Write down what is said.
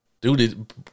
Dude